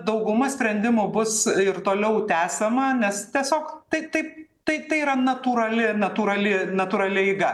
dauguma sprendimų bus ir toliau tęsiama nes tiesiog tai taip tai tai yra natūrali natūrali natūrali eiga